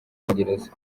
bwongereza